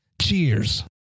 Cheers